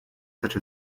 such